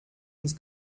ins